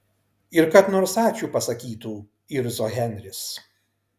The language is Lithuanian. ir kad nors ačiū pasakytų irzo henris